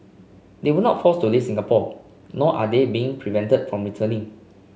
they were not forced to leave Singapore nor are they being prevented from returning